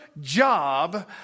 job